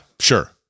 sure